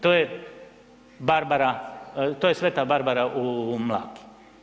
To je Barbara, to je Sveta Barbara u Mlaki.